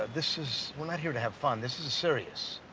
this is we're not here to have fun, this is serious.